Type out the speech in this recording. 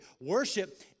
worship